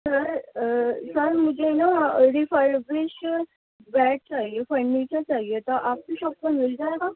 سر sir مجھے نا refurbish bed چاہیے فرنیچر چاہیے تھا آپ کی شاپ پر مل جائے گا